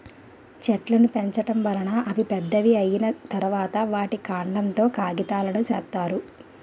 చెట్లును పెంచడం వలన అవి పెద్దవి అయ్యిన తరువాత, వాటి కాండం తో కాగితాలును సేత్తారు